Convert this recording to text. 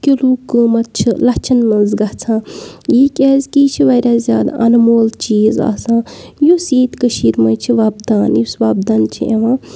kilo قۭمَتھ چھِ لَچھَن منٛز گژھان یہِ کیازکہِ یہِ چھِ واریاہ زیادٕ اَنمول چیٖز آسان یُس ییٚتہِ کٔشیٖرِ منٛز چھِ وۄپدان یُس وۄپدَن چھِ یِوان